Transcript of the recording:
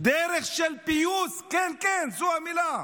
דרך של פיוס, כן, כן, זו המילה,